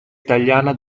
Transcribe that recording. italiana